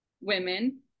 women